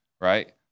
right